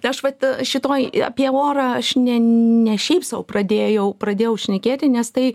aš vat šitoj apie orą aš ne ne šiaip sau pradėjau pradėjau šnekėti nes tai